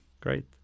Great